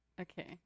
Okay